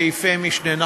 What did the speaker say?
סעיפי משנה.